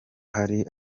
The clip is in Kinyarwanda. hari